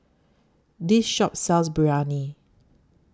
This Shop sells Biryani